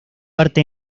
arte